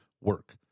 work